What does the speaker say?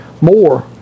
more